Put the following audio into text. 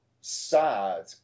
sad